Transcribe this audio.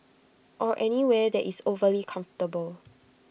or anywhere that is overly comfortable